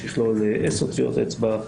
שיכלול עשר טביעות אצבע,